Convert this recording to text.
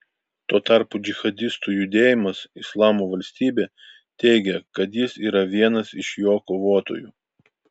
tuo tarpu džihadistų judėjimas islamo valstybė teigia kad jis yra vienas iš jo kovotojų